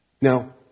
Now